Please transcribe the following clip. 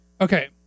Okay